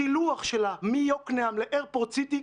שילוח שלה מיוקנעם לאיירפורט סיטי,